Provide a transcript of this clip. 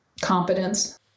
competence